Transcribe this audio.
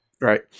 Right